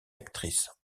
actrice